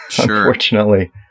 unfortunately